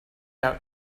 out